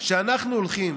כשאנחנו הולכים